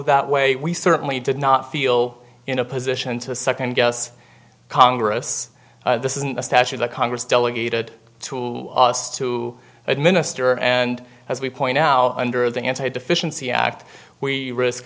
that way we certainly did not feel in a position to second guess congress this isn't a stash of the congress delegated to us to administer and as we point out under the anti deficiency act we risk